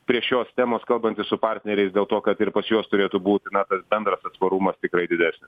prie šios temos kalbantis su partneriais dėl to kad ir pas juos turėtų būti na tas bendras atsparumas tikrai didesnis